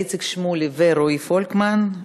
איציק שמולי ורועי פולקמן,